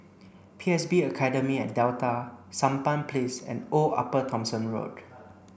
P S B Academy at Delta Sampan Place and Old Upper Thomson Road